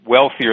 Wealthier